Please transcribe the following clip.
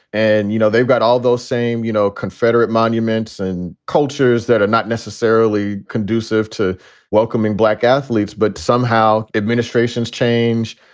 and, you know, they've got all those same you know confederate monuments and cultures that are not necessarily conducive to welcoming black athletes. but somehow administrations change.